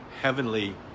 heavenly